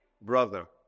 brother